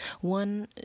One